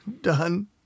Done